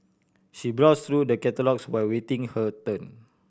she browse through the catalogues while waiting her turn